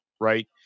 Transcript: right